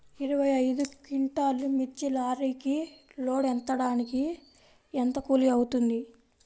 ఇరవై ఐదు క్వింటాల్లు మిర్చి లారీకి లోడ్ ఎత్తడానికి ఎంత కూలి అవుతుంది?